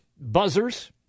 buzzers